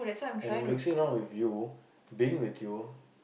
and mixing around with you being with you